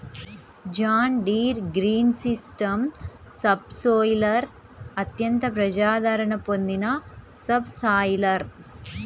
John Deere Green System subsoiler అత్యంత ప్రజాదరణ పొందిన సబ్ సాయిలర్